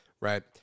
Right